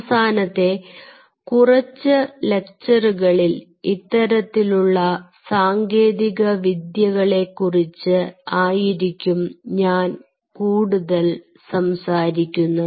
അവസാനത്തെ കുറച്ച് ലെക്ചറുകളിൽ ഇത്തരത്തിലുള്ള സാങ്കേതികവിദ്യകളെ കുറിച്ച് ആയിരിക്കും ഞാൻ കൂടുതൽ സംസാരിക്കുന്നത്